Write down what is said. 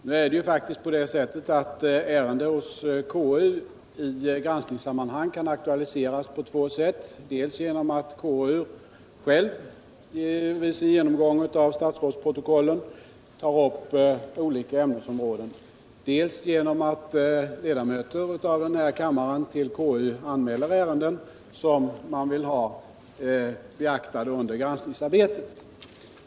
Nu är det faktiskt på det sättet att ärende hos KU i granskningssammanhang kan aktualiseras på två sätt; dels genom att KU självt vid sin genomgång av statsrådsprotokollen tar upp olika ämnesområden, dels genom att ledamöter av denna kammare till KU anmäler ärenden som man vill ha beaktade under granskningsarbetet.